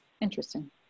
interesting